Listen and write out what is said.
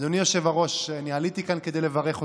אדוני היושב-ראש, אני עליתי כאן לברך אותך.